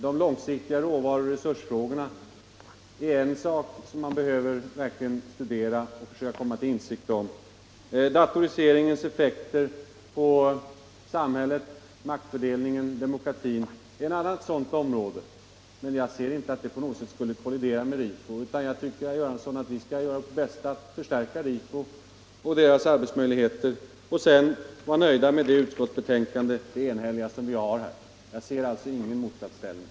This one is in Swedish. De långsiktiga råvaruoch resursfrågorna är något som man verkligen behöver studera och försöka komma till insikt om. Datoriseringens effekter på samhället, maktfördelningen och demokratin är ett annat sådant exempel. Men jag ser inte att detta på något sätt skulle kollidera med RIFO:s verksamhet utan vi bör, herr Göransson, göra vårt bästa för att förstärka RIFO och dess arbetsmöjligheter och sedan vara nöjda med det enhälliga utskottsbetänkandet. Jag finner alltså ingen motsatsställning.